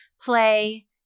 play